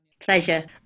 pleasure